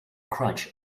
crunch